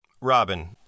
Robin